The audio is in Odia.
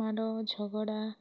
ମାଡ଼ ଝଗଡ଼ା